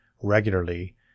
regularly